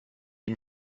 ihm